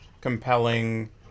compelling